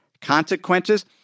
consequences